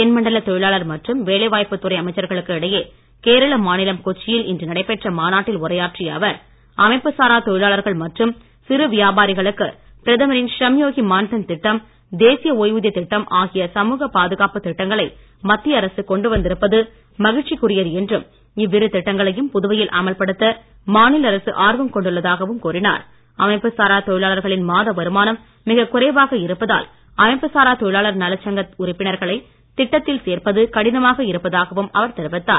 தென்மண்டல தொழிலாளர் மற்றும் வேலை வாய்ப்புத் துறை அமைச்சர்களுக்கு இடையே கேரள மாநிலம் கொச்சியில் இன்று நடைபெற்ற மாநாட்டில் உரையாற்றிய அவர் அமைப்பு சாரா தொழிலாளர்கள் மற்றும் சிறு வியாபாரிகளுக்கு பிரதமரின் ஷ்ரம்யோகி மான்தன் திட்டம் தேசிய ஓய்வுதிய திட்டம் ஆகிய சமுகப் பாதுகாப்பு திட்டங்களை மத்திய அரசு கொண்டு வந்திருப்பது மகிழ்ச்சிக்குரியது என்றும் இவ்விரு திட்டங்களையும் புதுவையில் அமல்படுத்த மாநில அரசு ஆர்வம் கொண்டுள்ளதாகவும் சாரா தொழிலாளர்களின் மாத வருமானம் மிக குறைவாக இருப்பதால் அமைப்பு சாராத் தொழிலாளர் நலச்சங்க உறுப்பினர்களை திட்டத்தில் சேர்ப்பது கடினமாக இருப்பதாகவும் அவர் தெரிவித்தார்